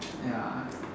ya